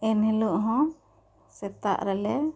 ᱤᱱ ᱦᱮᱞᱚᱜ ᱦᱚᱸ ᱥᱮᱛᱟᱜ ᱨᱮᱞᱮ